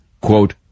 quote